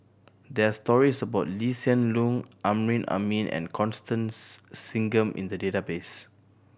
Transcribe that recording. there are stories about Lee Hsien Loong Amrin Amin and Constance Singam in the database